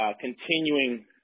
continuing